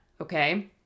okay